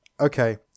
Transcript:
Okay